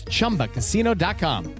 ChumbaCasino.com